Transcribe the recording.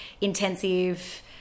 intensive